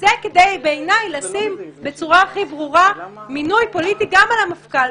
זה בעיניי בא כדי לשים בצורה הכי ברורה מינוי פוליטי גם על המפכ"ל,